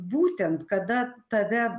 būtent kada tave